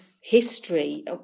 history